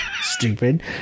Stupid